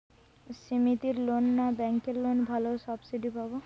সমিতির লোন না ব্যাঙ্কের লোনে ভালো সাবসিডি পাব?